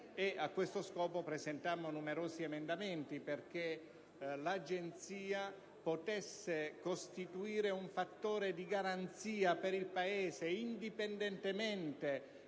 A questo scopo presentammo numerosi emendamenti perché l'Agenzia potesse costituire un fattore di garanzia per il Paese, indipendentemente